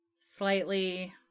slightly